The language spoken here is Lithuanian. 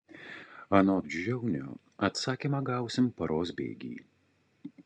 anot žiaunio atsakymą gausim paros bėgy